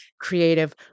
creative